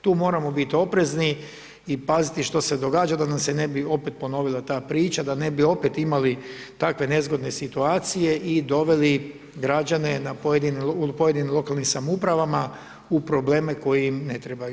Tu moramo biti oprezni i paziti što se događa da nam se ne bi opet ponovila ta priča, da ne bi opet imali takve nezgodne situacije i doveli građane u pojedinim lokalnim samoupravama u probleme koji im ne trebaju.